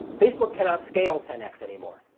facebook cannot scale ten x anymore.